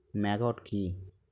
Maggot কি?